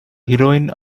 heroine